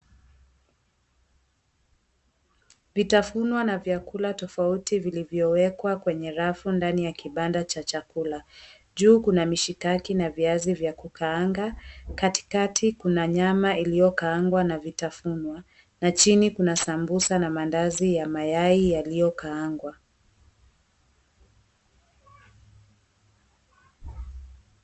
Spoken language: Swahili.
Vitafunwa na vyakula tofauti vilivyowekwa kwenye rafu ndani ya kibanda cha chakula. Juu kuna mishikaki na viazi vya kukaanga, katikati kuna nyama iliyo kaangwa na vitafunwa na chini kuna sambusa na mandazi ya mayai yaliyokaangwa.